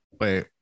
Wait